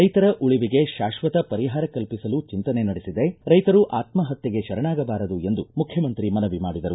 ರೈತರ ಉಳಿವಿಗೆ ಶಾಶ್ವತ ಪರಿಹಾರ ಕಲ್ಪಿಸಲು ಚಿಂತನೆ ನಡೆಬದೆ ರೈತರು ಆತ್ಮಹತ್ಯೆಗೆ ಶರಣಾಗಬಾರದು ಎಂದು ಮುಖ್ಯಮಂತ್ರಿ ಮನವಿ ಮಾಡಿದರು